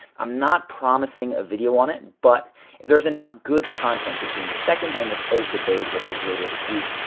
i'm not promising a video on it but there's enough good content between the second and the third debate which is later this week.